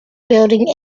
building